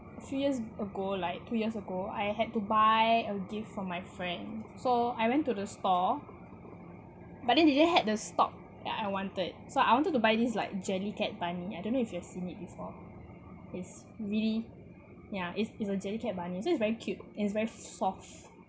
three years ago like two years ago I had to buy a gift for my friend so I went to the store but it didn't had the stock that I wanted so I wanted to buy this like jellycat bunny I don't know if you've seen it before is really ya is is a jellycat bunny so it's very cute and it's very soft